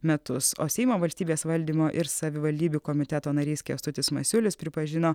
metus o seimo valstybės valdymo ir savivaldybių komiteto narys kęstutis masiulis pripažino